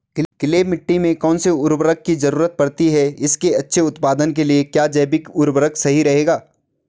Clay मिट्टी में कौन से उर्वरक की जरूरत पड़ती है इसके अच्छे उत्पादन के लिए क्या जैविक उर्वरक सही रहेगा?